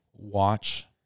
watch